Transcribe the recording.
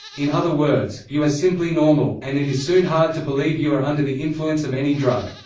in other words, you are simply normal, and it is soon hard to believe you are under the influence of any drug.